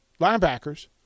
linebackers